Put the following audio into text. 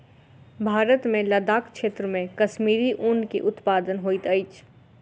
भारत मे लदाख क्षेत्र मे कश्मीरी ऊन के उत्पादन होइत अछि